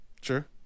Sure